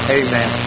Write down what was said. amen